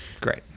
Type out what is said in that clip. Great